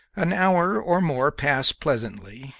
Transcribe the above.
an hour or more passed pleasantly,